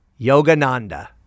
Yogananda